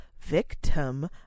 victim